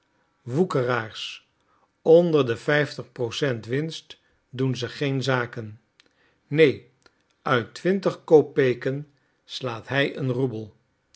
woekeraars onder de vijftig procent winst doen ze geen zaken neen uit twintig kopeken slaat hij een roebel